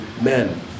men